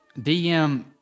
DM